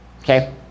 Okay